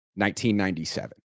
1997